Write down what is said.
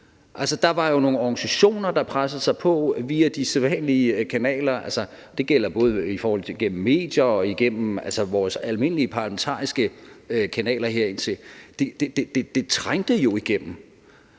Der var jo nogle organisationer, der pressede på via de sædvanlige kanaler. Det gælder i forhold til både medier og vores almindelige parlamentariske kanaler herindtil. Det trængte jo igennem.